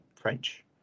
French